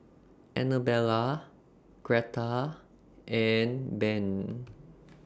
Anabella Gretta and Ben